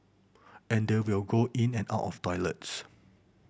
and they will go in and out of toilets